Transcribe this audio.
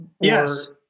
yes